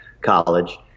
College